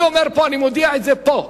אני אומר פה, אני מודיע את זה פה,